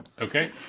Okay